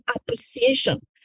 appreciation